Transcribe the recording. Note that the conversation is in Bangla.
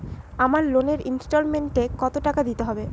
আমার লোনের ইনস্টলমেন্টৈ কত টাকা দিতে হবে?